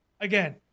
again